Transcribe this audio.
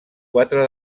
quatre